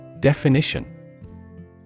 Definition